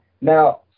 Now